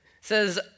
says